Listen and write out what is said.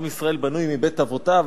עם ישראל בנוי מבית אבותיו,